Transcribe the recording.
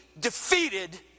defeated